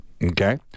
Okay